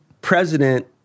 president